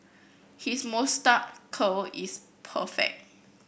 his moustache curl is perfect